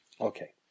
Okay